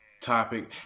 topic